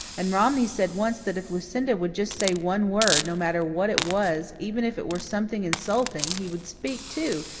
and romney said once that if lucinda would just say one word, no matter what it was, even if it were something insulting, he would speak, too,